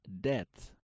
death